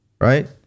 Right